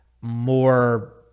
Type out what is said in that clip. more